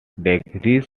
degrees